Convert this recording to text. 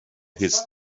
his